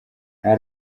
nta